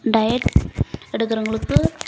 diet எடுக்கிறவங்களுக்கு